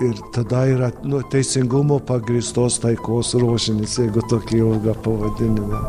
ir tada yra nu teisingumo pagrįstos taikos rožinis jeigu tokį ilgą pavadinimą